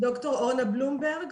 ד"ר אורנה בלומברג,